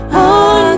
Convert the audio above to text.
on